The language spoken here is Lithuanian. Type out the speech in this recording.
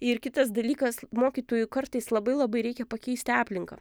ir kitas dalykas mokytojui kartais labai labai reikia pakeisti aplinką